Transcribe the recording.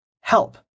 Help